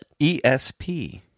ESP